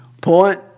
Point